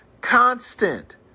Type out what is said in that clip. Constant